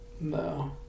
no